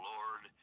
Lord